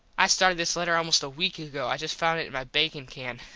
i started this letter almost a weak ago. i just found it in my bakin can.